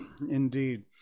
indeed